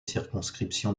circonscription